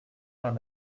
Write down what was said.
vingt